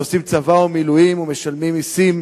שעושים צבא ומילואים ומשלמים מסים,